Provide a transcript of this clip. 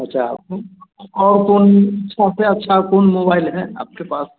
अच्छा और फ़ोन सबसे अच्छा कोन मोबाईल है आपके पास